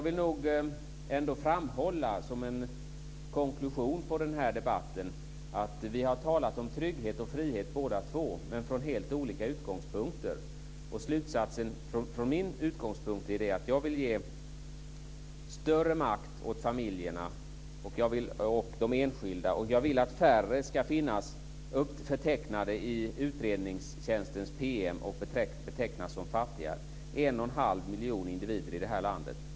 Vi har talat om trygghet och frihet båda två, men från helt olika utgångspunkter. Slutsatsen från min utgångspunkt är att jag vill ge större makt åt familjerna och de enskilda. Jag vill att färre än 1,5 miljon individer här i landet ska betecknas som fattiga i utredningstjänstens PM.